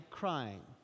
crying